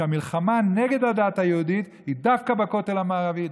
שהמלחמה נגד הדת היהודית היא דווקא בכותל המערבי,